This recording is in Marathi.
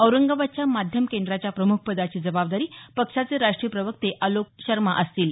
औरंगाबादच्या माध्यम केंद्राच्या प्रम्खपदाची जबाबदारी पक्षाचे राष्ट्रीय प्रवक्ते आलोक शर्मा असतील